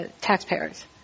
taxpayers